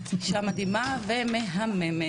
אישה מדהימה ומהממת.